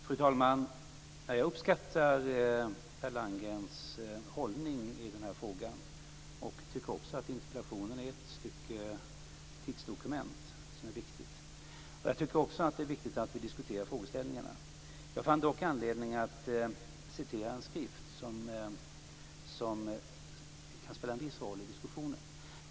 Fru talman! Jag uppskattar Per Landgrens hållning i denna fråga. Jag tycker att interpellationen är ett stycke tidsdokument som är viktigt. Det är viktigt att vi diskuterar frågeställningarna. Jag fann dock anledning att citera en skrift som kan spela en viss roll i diskussionen.